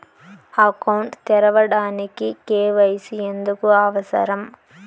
Account తెరవడానికి, KYC ఎందుకు అవసరం?